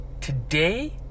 Today